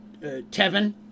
Tevin